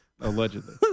Allegedly